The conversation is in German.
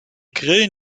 grillen